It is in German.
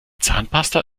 zahnpasta